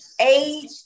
age